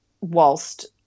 whilst